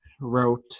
wrote